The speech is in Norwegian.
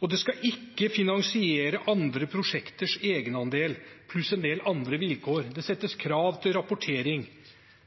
og det skal ikke finansiere andre prosjekters egenandel, pluss en del andre vilkår, og det stilles krav til rapportering.